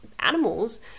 animals